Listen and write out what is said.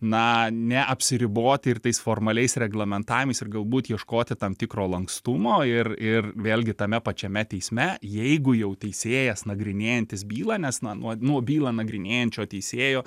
na neapsiriboti ir tais formaliais reglamentavimais ir galbūt ieškoti tam tikro lankstumo ir ir vėlgi tame pačiame teisme jeigu jau teisėjas nagrinėjantis bylą nes na nuo nuo bylą nagrinėjančio teisėjo